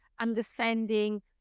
understanding